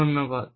ধন্যবাদ